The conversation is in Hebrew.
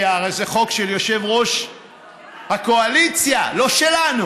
כי הרי זה חוק של יושב-ראש הקואליציה, לא שלנו,